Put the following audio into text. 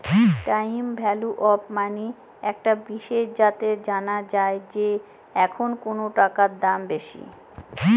time value of money একটা বিষয় যাতে জানা যায় যে এখন কোনো টাকার দাম বেশি